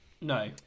no